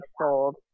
sold